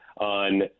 on